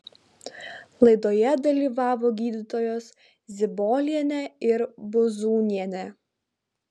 laidoje dalyvavo gydytojos zibolienė ir buzūnienė